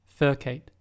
Furcate